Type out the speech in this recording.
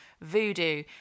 Voodoo